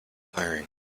tiring